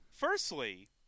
Firstly